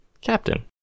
Captain